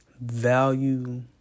value